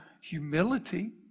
humility